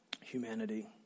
humanity